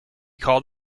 called